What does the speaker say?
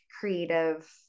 creative